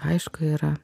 aišku yra